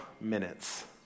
minutes